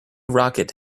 rocket